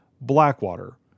Blackwater